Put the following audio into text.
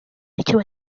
icyo